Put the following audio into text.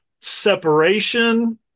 separation –